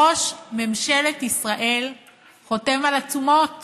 ראש ממשלת ישראל חותם על עצומות